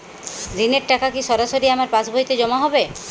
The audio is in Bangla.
ঋণের টাকা কি সরাসরি আমার পাসবইতে জমা হবে?